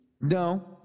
No